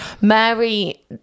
Mary